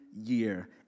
year